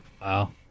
Wow